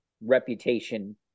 reputation